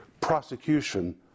prosecution